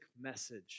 message